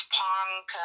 punk